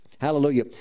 Hallelujah